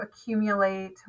accumulate